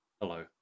Hello